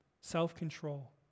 self-control